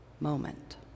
moment